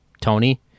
Tony